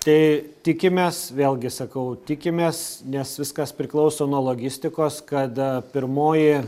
tai tikimės vėlgi sakau tikimės nes viskas priklauso nuo logistikos kad pirmoji